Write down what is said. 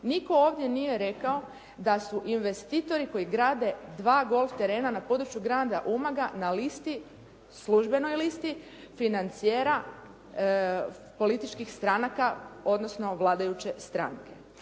Nitko ovdje nije rekao da su investitori koji grade dva golf terena na području grada Umaga na listi, službenoj listi financijera političkih stranaka, odnosno vladajuće stranke.